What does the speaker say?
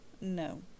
No